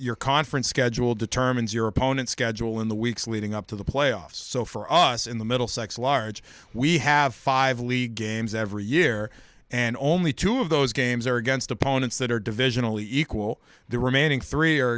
your conference schedule determines your opponent's schedule in the weeks leading up to the playoffs so for us in the middlesex large we have five league games every year and only two of those games are against opponents that are divisional equal the remaining three are